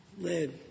led